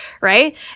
right